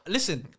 Listen